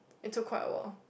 it took quite a while